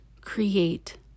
create